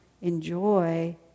enjoy